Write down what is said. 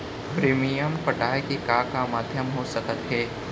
Premium पटाय के का का माधयम हो सकत हे?